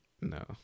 No